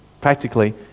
practically